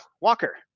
Walker